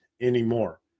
anymore